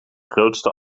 grootste